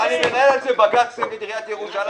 אני מנהל על זה עתירה לבג"ץ נגד עיריית ירושלים.